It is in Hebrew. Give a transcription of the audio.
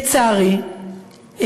לצערי,